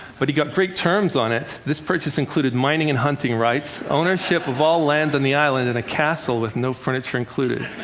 but he got great terms on it. this purchase included mining and hunting rights, ownership of all land on the island, and a castle with no furniture included.